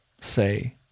say